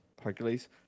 Hercules